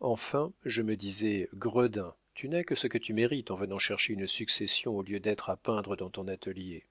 enfin je me disais gredin tu n'as que ce que tu mérites en venant chercher une succession au lieu d'être à peindre dans ton atelier